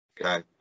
okay